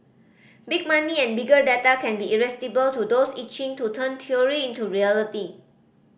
big money and bigger data can be irresistible to those itching to turn theory into reality